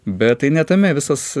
bet tai ne tame visas